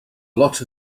lot